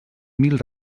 mil